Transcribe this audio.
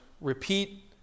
repeat